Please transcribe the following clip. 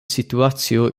situacio